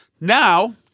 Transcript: Now